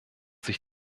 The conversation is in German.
sich